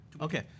Okay